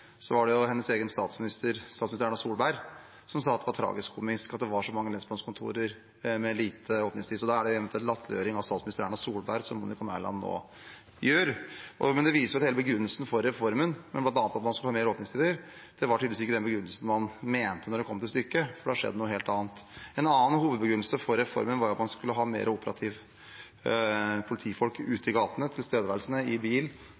var det hennes egen statsminister, Erna Solberg, som sa det var tragikomisk at det var så mange lensmannskontorer med lite åpningstid. Så da er det eventuelt statsminister Erna Solberg som Monica Mæland nå latterliggjør. Det viser at hele begrunnelsen for reformen, bl.a. at man skulle ha lengre åpningstid, tydeligvis ikke var den begrunnelsen man mente, da det kom til stykket, for det har skjedd noe helt annet. En annen hovedbegrunnelse for reformen var at man skulle ha flere operative politifolk ute i gatene, tilstedeværende, i bil